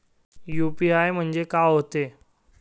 UPI म्हणजे का होते?